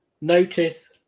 notice